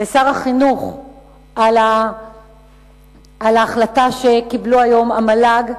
לשר החינוך על ההחלטה שקיבלו היום במל"ג,